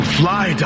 fly